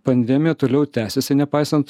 pandemija toliau tęsiasi nepaisant